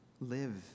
Live